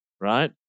right